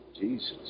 Jesus